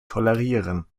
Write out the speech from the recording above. tolerieren